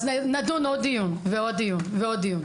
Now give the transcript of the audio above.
אז נדון עוד דיון ועוד דיון ועוד דיון.